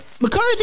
McCarthy